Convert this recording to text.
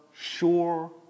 sure